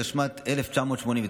התשמ"ט 1989,